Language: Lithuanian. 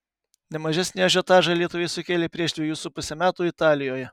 ne mažesnį ažiotažą lietuviai sukėlė prieš dvejus su puse metų italijoje